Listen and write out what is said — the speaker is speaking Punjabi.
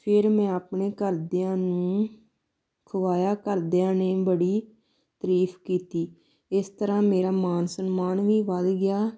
ਫਿਰ ਮੈਂ ਆਪਣੇ ਘਰਦਿਆਂ ਨੂੰ ਖਵਾਇਆ ਘਰਦਿਆਂ ਨੇ ਬੜੀ ਤਾਰੀਫ਼ ਕੀਤੀ ਇਸ ਤਰ੍ਹਾਂ ਮੇਰਾ ਮਾਣ ਸਨਮਾਨ ਵੀ ਵਧ ਗਿਆ